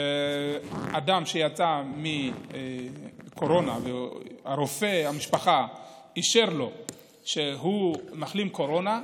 אדם שיצא מקורונה ורופא המשפחה אישר לו שהוא מחלים קורונה,